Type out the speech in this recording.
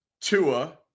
Tua